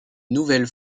nouvelle